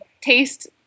taste